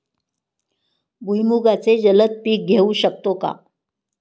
भुईमुगाचे जलद पीक घेऊ शकतो का?